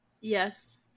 yes